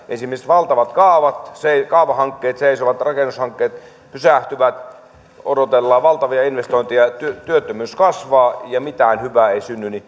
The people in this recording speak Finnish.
esimerkiksi valtavat kaavahankkeet seisovat rakennushankkeet pysähtyvät odotellaan valtavia investointeja työttömyys kasvaa ja mitään hyvää ei synny